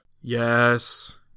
Yes